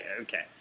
Okay